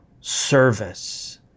service